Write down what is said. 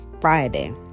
Friday